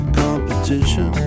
competition